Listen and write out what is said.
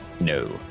No